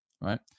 right